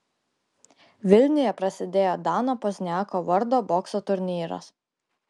vilniuje prasidėjo dano pozniako vardo bokso turnyras